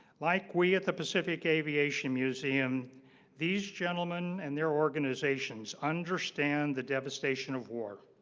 like we at the pacific aviation museum these gentlemen and their organizations understand the devastation of war